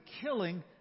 killing